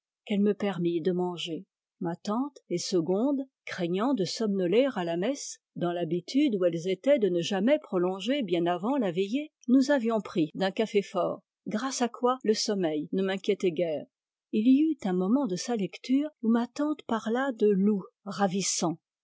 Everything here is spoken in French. qu'elle me permit de manger ma tante et segonde craignant de somnoler à la messe dans l'habitude où elles étaient de ne jamais prolonger bien avant la veillée nous avions pris d'un café fort grâce à quoi le sommeil ne m'inquiétait guère il y eut un moment de sa lecture où ma tante parla de loups ravissants